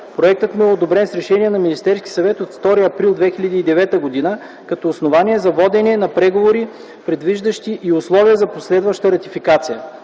Проектът му е одобрен с решение на Министерскиясъвет от 2 април 2009 г., като основание за водене на преговори, предвиждащи и условие за последваща ратификация.